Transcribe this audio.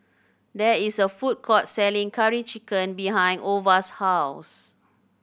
there is a food court selling Curry Chicken behind Ova's house